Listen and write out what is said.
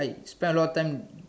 I spend a lot of time